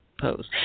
pose